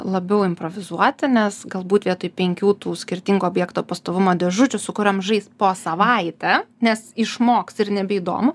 labiau improvizuoti nes galbūt vietoj penkių tų skirtingo objekto pastovumo dėžučių su kuriom žais po savaitę nes išmoks ir nebeįdomu